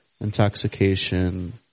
intoxication